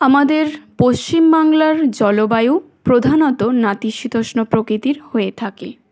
আমাদের পশ্চিমবাংলার জলবায়ু প্রধানত নাতিশীতোষ্ণ প্রকৃতির হয়ে থাকে